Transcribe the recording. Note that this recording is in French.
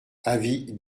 avis